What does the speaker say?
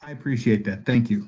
i appreciate that thank you